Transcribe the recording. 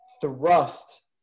thrust